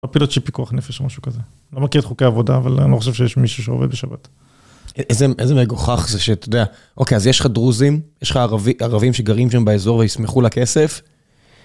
פילוט שפיקוח נפש או משהו כזה. לא מכיר את חוקי העבודה, אבל אני לא חושב שיש מישהו שעובד בשבת. איזה מגוחך זה שאתה יודע... אוקיי, אז יש לך דרוזים? יש לך ערבים שגרים שם באזור וישמחו לכסף?